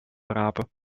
rapen